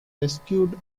rescued